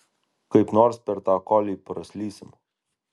kaip nors per tą kolį praslysim